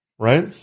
Right